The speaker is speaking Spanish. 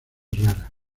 rara